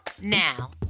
Now